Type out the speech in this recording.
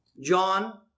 John